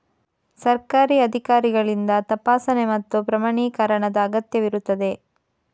ಸರ್ಕಾರಿ ಅಧಿಕಾರಿಗಳಿಂದ ತಪಾಸಣೆ ಮತ್ತು ಪ್ರಮಾಣೀಕರಣದ ಅಗತ್ಯವಿರುತ್ತದೆ